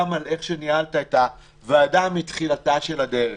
גם על איך שניהלת את הוועדה מתחילתה של הדרך.